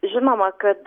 žinoma kad